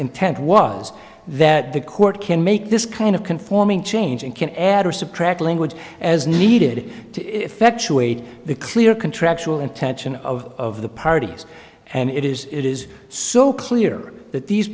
intent was that the court can make this kind of conforming change and can add or subtract language as needed to effectuate the clear contractual intention of the parties and it is it is so clear that these